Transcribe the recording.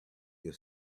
your